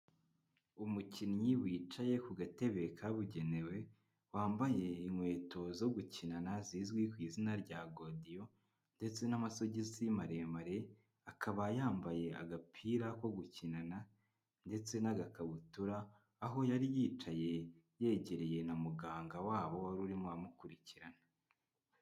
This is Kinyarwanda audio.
Umukinnyi wicaye ku gatebe kabugenewe wambaye inkweto zo gukinana zizwi ku izina rya godiyo, ndetse n'amasogisi maremare akaba yambaye agapira ko gukinana ndetse n'agakabutura, aho yari yicaye yegereye na muganga wabo urimo amukurikirana.